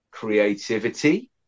creativity